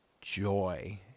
joy